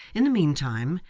in the meantime,